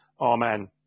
Amen